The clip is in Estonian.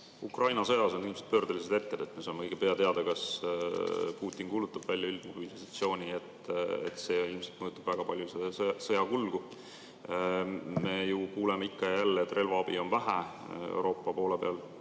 Ukraina sõjas on ilmselt pöördelised hetked. Me saame õige pea teada, kas Putin kuulutab välja üldmobilisatsiooni. See ilmselt mõjutab väga palju sõja kulgu. Me kuuleme ju ikka ja jälle, et relvaabi on vähe Euroopa poole pealt.